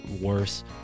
worse